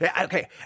Okay